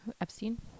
Epstein